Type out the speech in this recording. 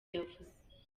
yavuze